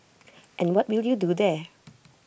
and what will you do there